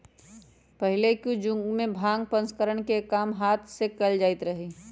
पहिलुक जुगमें भांग प्रसंस्करण के काम हात से कएल जाइत रहै